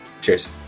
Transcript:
Cheers